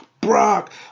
Brock